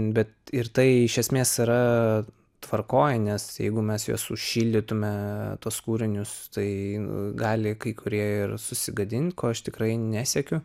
bet ir tai iš esmės yra tvarkoj nes jeigu mes juos sušildytumėme tuos kūrinius tai gali kai kurie ir susigadint ko aš tikrai nesiekiu